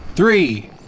Three